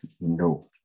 No